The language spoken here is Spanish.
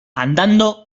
andando